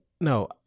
No